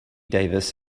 davis